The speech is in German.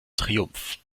triumph